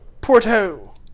porto